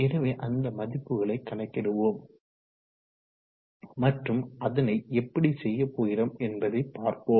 எனவே அந்த மதிப்புகளை கணக்கிடுவோம் மற்றும் அதனை எப்படி செய்ய போகிறோம் என்பதை பார்ப்போம்